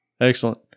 Excellent